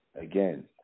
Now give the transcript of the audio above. Again